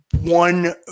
one